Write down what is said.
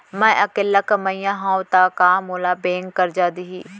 मैं अकेल्ला कमईया हव त का मोल बैंक करजा दिही?